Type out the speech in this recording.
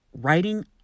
writing